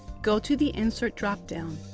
go to the insert dropdown.